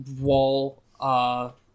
wall